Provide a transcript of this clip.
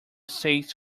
states